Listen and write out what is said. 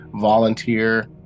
volunteer